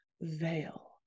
veil